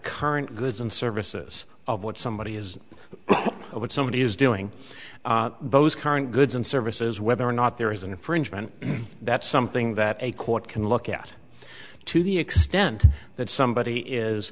current goods and services of what somebody is or what somebody is doing those current goods and services whether or not there is an infringement that's something that a court can look at to the extent that somebody is